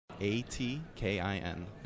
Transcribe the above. A-T-K-I-N